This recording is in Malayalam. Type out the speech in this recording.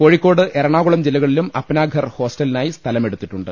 കോഴി ക്കോട് എറണാകുളം ജില്ലകളിലും അപ്നാഘർ ഹോസ്റ്റലിനായി സ്ഥലമെടുത്തിട്ടുണ്ട്